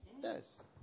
Yes